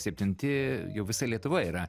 septinti jau visa lietuva yra